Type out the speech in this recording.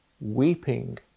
weeping